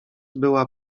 była